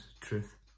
truth